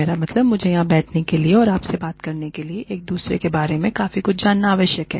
मेरा मतलब है मुझे यहाँ बैठने के लिए और आपसे बात करने के लिए एक दूसरे के बारे में काफी कुछ जानना आवश्यक है